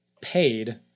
paid